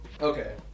Okay